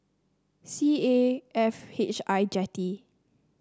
C A F H I Jetty